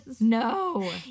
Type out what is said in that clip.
No